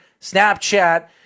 Snapchat